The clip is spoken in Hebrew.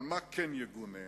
אבל מה כן יגונה?